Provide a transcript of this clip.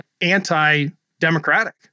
anti-democratic